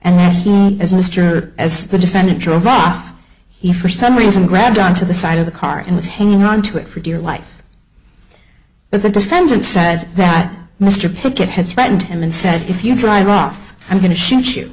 mr as the defendant drove off he for some reason grabbed onto the side of the car and was hanging onto it for dear life but the defendant said that mr pickett had threatened him and said if you drive off i'm going to shoot you